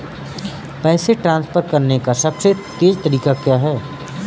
पैसे ट्रांसफर करने का सबसे तेज़ तरीका क्या है?